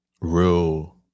real